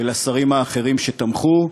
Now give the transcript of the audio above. ולשרים האחרים שתמכו,